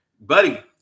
buddy